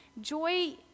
Joy